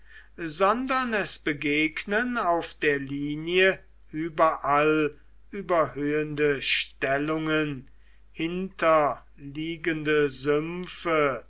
sondern es begegnen auf der linie überall überhöhende stellungen hinterliegende sümpfe